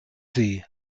sie